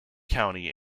county